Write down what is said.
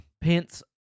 Pence